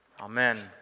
Amen